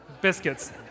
biscuits